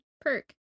Perk